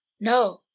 no